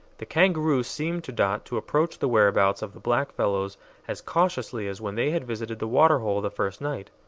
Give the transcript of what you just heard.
the kangaroo seemed to dot to approach the whereabouts of the blackfellows as cautiously as when they had visited the water-hole the first night.